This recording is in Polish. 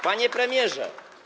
Panie Premierze!